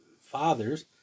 fathers